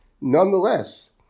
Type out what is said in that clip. Nonetheless